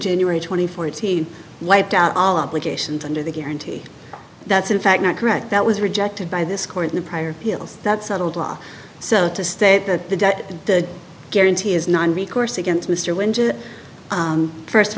january twenty fourth t wiped out all obligations under the guarantee that's in fact not correct that was rejected by this court in the prior feels that settled law so to state that the debt the guarantee is non recourse against mr wynn first of